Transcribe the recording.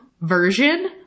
version